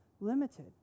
limited